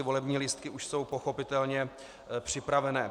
Volební lístky jsou pochopitelně připraveny.